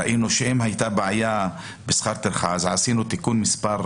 ראינו שאם הייתה בעיה בשכר טרחה, עשינו תיקון מספר